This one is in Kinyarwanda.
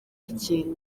ikindi